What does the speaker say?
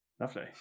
lovely